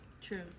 True